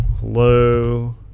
hello